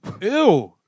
Ew